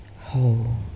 whole